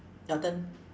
your turn